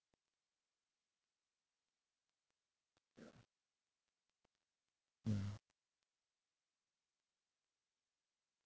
ya ya